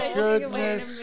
goodness